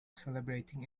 celebrating